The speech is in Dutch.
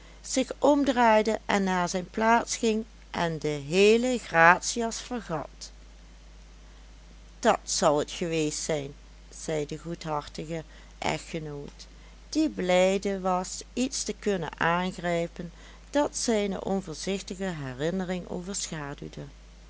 zich omdraaide en naar zijn plaats ging en de heele gratias vergat dat zal het geweest zijn zei de goedhartige echtgenoot die blijde was iets te kunnen aangrijpen dat zijne onvoorzichtige herinnering overschaduwde